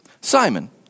Simon